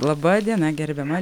laba diena gerbiama